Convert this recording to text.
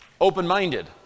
open-minded